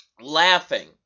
laughing